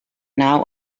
now